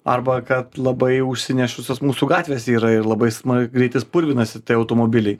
arba kad labai užsinešusios mūsų gatvės yra ir labai greitai purvinasi tie automobiliai